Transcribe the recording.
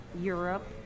Europe